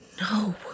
No